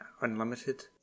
unlimited